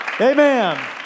Amen